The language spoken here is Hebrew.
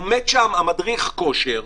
עומד שם מדריך הכושר,